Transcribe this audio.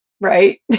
right